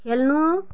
खेल्नु